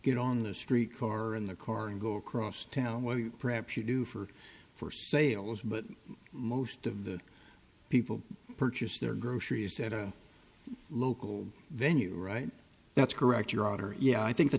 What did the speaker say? know on the street car in the car and go across town well perhaps you do for for sales but most of the people purchased their groceries at a local venue right that's correct your honor yeah i think the